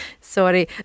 Sorry